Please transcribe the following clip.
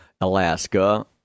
Alaska